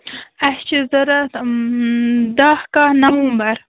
اَسہِ چھِ ضروٗرت دَہ کاہ نومبر